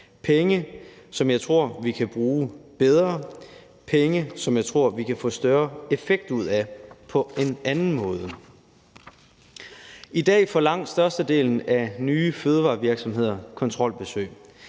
penge, som jeg tror vi kan bruge bedre, penge, som jeg tror vi kan få større effekt ud af på en anden måde. I dag får langt størstedelen af nye fødevarevirksomheder kontrolbesøg.